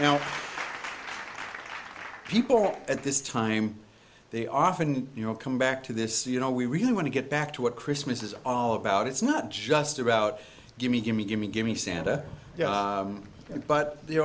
people at this time they often you know come back to this you know we really want to get back to what christmas is all about it's not just about gimmee gimmee gimmee gimmee santa but